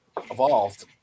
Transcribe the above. evolved